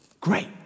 great